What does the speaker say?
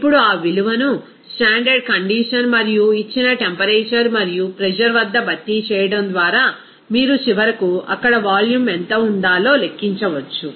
ఇప్పుడు ఆ విలువను స్టాండర్డ్ కండిషన్ మరియు ఇచ్చిన టెంపరేచర్ మరియు ప్రెజర్ వద్ద భర్తీ చేయడం ద్వారా మీరు చివరకు అక్కడ వాల్యూమ్ ఎంత ఉండాలో లెక్కించవచ్చు